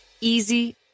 easy